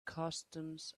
customs